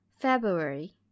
February